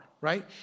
right